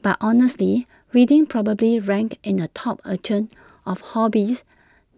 but honestly reading probably ranks in the top echelon of hobbies